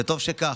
וטוב שכך.